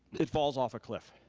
it falls off a cliff.